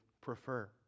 prefer